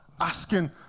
asking